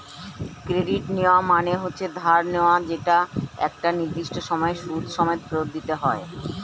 credit নেওয়া মানে হচ্ছে ধার নেওয়া যেটা একটা নির্দিষ্ট সময়ে সুদ সমেত ফেরত দিতে হয়